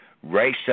race